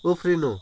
उफ्रिनु